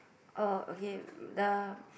oh okay the